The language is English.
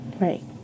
Right